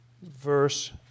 Verse